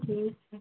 ठीक है